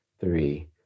three